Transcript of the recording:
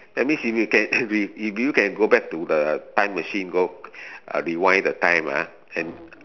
that means if you can if if you if you can go back to the time machine go uh rewind the time ah and